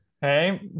Hey